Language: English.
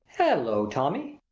hello, tommy!